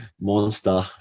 monster